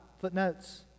footnotes